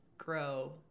grow